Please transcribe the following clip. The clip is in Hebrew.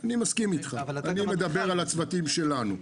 אני מסכים אתך אבל אני מדבר על הצוותים שלנו.